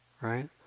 right